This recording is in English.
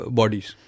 bodies